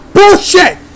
Bullshit